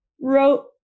wrote